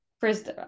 first